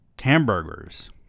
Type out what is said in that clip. hamburgers